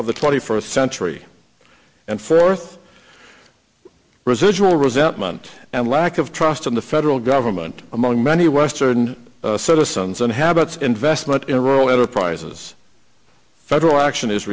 the twenty first century and fourth residual resentment and lack of trust in the federal government among many western citizens and habits investment in rural enterprises federal action is